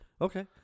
okay